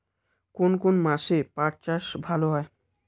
কোন কোন মাসে পাট চাষ ভালো হয়?